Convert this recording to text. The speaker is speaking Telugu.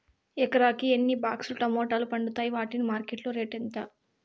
ఎకరాకి ఎన్ని బాక్స్ లు టమోటాలు పండుతాయి వాటికి మార్కెట్లో రేటు ఎంత?